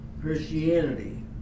Christianity